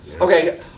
Okay